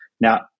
Now